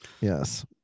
Yes